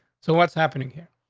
so what's happening here?